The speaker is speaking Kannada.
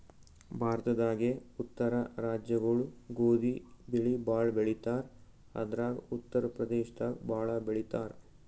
ಭಾರತದಾಗೇ ಉತ್ತರ ರಾಜ್ಯಗೊಳು ಗೋಧಿ ಬೆಳಿ ಭಾಳ್ ಬೆಳಿತಾರ್ ಅದ್ರಾಗ ಉತ್ತರ್ ಪ್ರದೇಶದಾಗ್ ಭಾಳ್ ಬೆಳಿತಾರ್